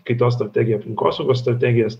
kaitos strategiją aplinkosaugos strategijas